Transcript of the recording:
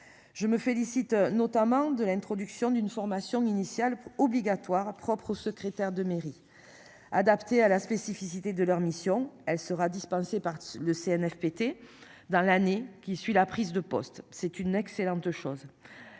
Je me félicite notamment de l'introduction d'une formation initiale obligatoire à propres secrétaire de mairie. Adaptées à la spécificité de leur mission, elle sera dispensée par le Cnfpt, dans l'année qui suit la prise de poste, c'est une excellente chose.